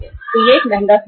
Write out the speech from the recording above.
तो यह एक महंगा स्रोत है